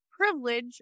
privilege